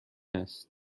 است